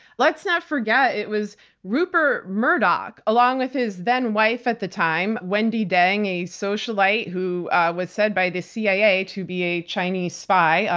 let's not forget it was rupert murdoch, along with his then-wife at the time, wendi deng, a socialite who was said by the cia to be a chinese spy.